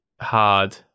hard